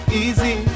easy